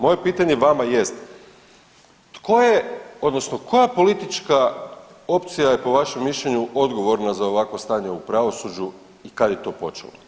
Moje pitanje vama jest, tko je odnosno koja politička opcija je po vašem mišljenju je odgovorna za ovakvo stanje u pravosuđu i kad je to počelo?